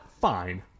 Fine